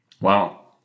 Wow